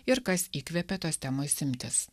ir kas įkvėpė tos temos imtis